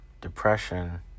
Depression